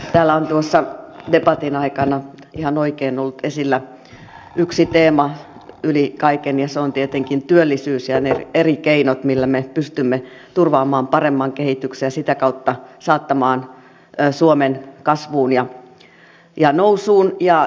täällä on debatin aikana ihan oikein ollut esillä yksi teema yli kaiken ja se on tietenkin työllisyys ja ne eri keinot millä me pystymme turvaamaan paremman kehityksen ja sitä kautta saattamaan suomeen kasvuun ja nousuun